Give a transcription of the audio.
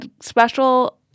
special